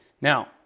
Now